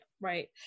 right